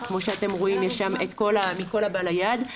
כמו שאתם רואים יש שם מכל הבא ליד,